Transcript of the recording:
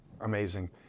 Amazing